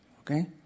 okay